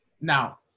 Now